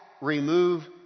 remove